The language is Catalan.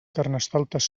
carnestoltes